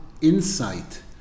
insight